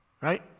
right